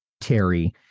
Terry